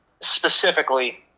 specifically